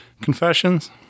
confessions